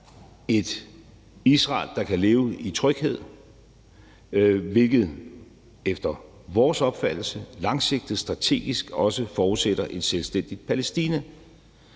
et Israel, der kan leve i tryghed, hvilket efter vores opfattelse langsigtet strategisk også forudsætter et selvstændigt Palæstina.